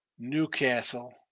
Newcastle